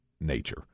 Nature